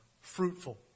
fruitful